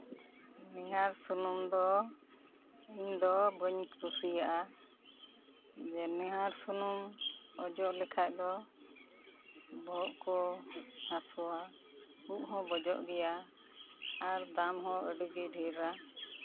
ᱱᱤᱦᱟᱨ ᱥᱩᱱᱩᱢ ᱫᱚ ᱤᱧᱫᱚ ᱵᱟᱹᱧ ᱠᱩᱥᱤᱭᱟᱜᱼᱟ ᱡᱮ ᱱᱤᱦᱟᱨ ᱥᱩᱱᱩᱢ ᱚᱡᱚᱜ ᱞᱮᱠᱷᱟᱡ ᱫᱚ ᱵᱚᱦᱚᱜ ᱦᱟᱹᱥᱩᱣᱟ ᱩᱵ ᱦᱚᱸ ᱵᱚᱡᱚᱜ ᱜᱮᱭᱟ ᱟᱨ ᱫᱟᱢ ᱦᱚᱸ ᱟᱹᱰᱤᱜᱮ ᱰᱷᱮᱨᱼᱟ